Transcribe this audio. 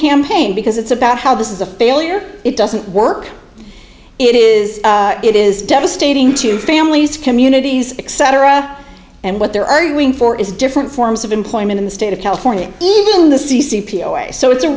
campaign because it's about how this is a failure it doesn't work it is it is devastating to families communities except raff and what they're arguing for is different forms of employment in the state of california even the c c p so it's a